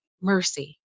mercy